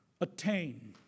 attain